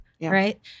Right